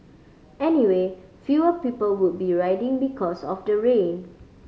anyway fewer people would be riding because of the rain